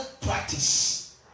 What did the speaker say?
practice